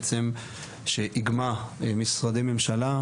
בעצם שאיגמה משרדי ממשלה,